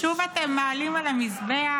שוב אתם מעלים על המזבח